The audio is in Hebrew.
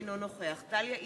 אינו נוכח דליה איציק,